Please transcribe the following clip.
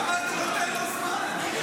למה אתה נותן לו זמן?